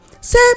Say